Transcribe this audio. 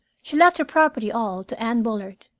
she left her property all to anne bullard,